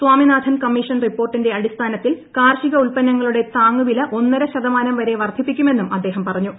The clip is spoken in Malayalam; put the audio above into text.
സ്പാമിനാഥൻ കമ്മീഷൻ റിപ്പോർട്ടിന്റെ അടിസ്ഥാനത്തിൽ കാർഷികോത്പന്നങ്ങളുടെ താങ്ങുവില ഒന്നര ശതമാനം വരെ വ്റ്റ്ധിപ്പിക്കുമെന്നും അദ്ദേഹം പറഞ്ഞു